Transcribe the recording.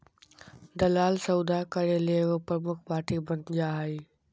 दलाल सौदा करे ले एगो प्रमुख पार्टी बन जा हइ